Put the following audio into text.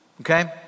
okay